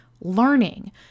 learning